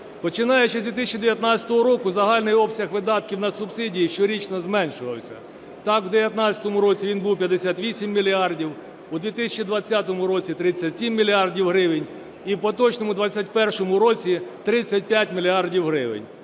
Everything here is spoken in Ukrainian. Починаючи з 2019 року загальний обсяг видатків на субсидії щорічно зменшувався. Так в 2019 році він був 58 мільярдів, у 2020 році – 37 мільярдів гривень, і в поточному 2021 році – 35 мільярдів